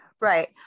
Right